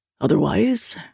Otherwise